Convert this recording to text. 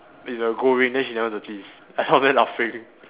it's a gold ring then she never notice I down there laughing